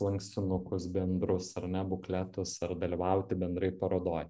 lankstinukus bendrus ar ne bukletus ar dalyvauti bendrai parodoj